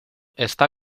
está